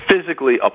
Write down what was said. physically